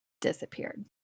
disappeared